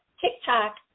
TikTok